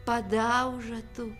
padauža tu